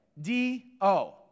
D-O